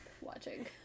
watching